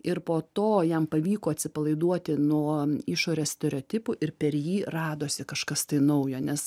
ir po to jam pavyko atsipalaiduoti nuo išorės stereotipų ir per jį radosi kažkas tai naujo nes